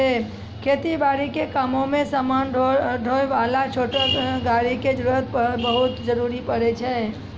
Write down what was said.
खेती बारी के कामों मॅ समान ढोय वाला छोटो गाड़ी के बहुत जरूरत पड़ै छै